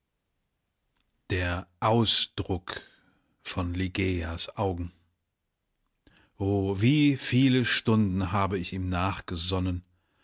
der ausdruck von ligeias augen o wie viele stunden habe ich ihm